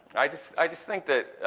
i just i just think that